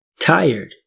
Tired